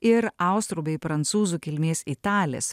ir austrų bei prancūzų kilmės italės